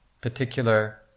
particular